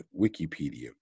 Wikipedia